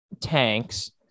tanks